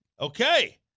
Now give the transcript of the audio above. Okay